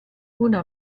una